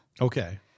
Okay